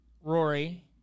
Rory